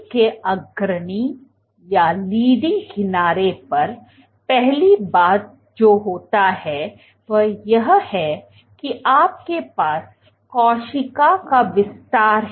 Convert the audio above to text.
तो सेल के अग्रणी किनारे पर पहली बात जो होता है वह यह है कि आपके पास कोशिका का विस्तार है